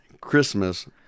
Christmas